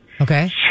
Okay